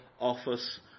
office